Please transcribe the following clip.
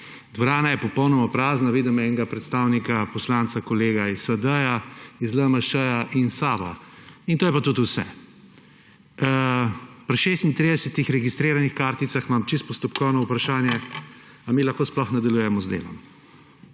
Dvorana je popolnoma prazna, vidim po enega predstavnika poslanca kolega iz SD, LMŠ in SAB. To je pa tudi vse. Pri 36 registriranih karticah imam postopkovno vprašanje, ali mi lahko sploh nadaljujemo z delom.